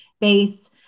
base